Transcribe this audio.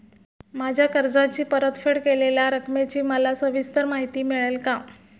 माझ्या कर्जाची परतफेड केलेल्या रकमेची मला सविस्तर माहिती मिळेल का?